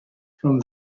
from